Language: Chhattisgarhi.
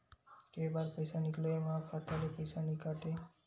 के बार पईसा निकले मा खाता ले पईसा नई काटे?